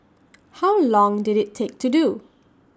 how long did IT take to do